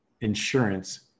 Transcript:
insurance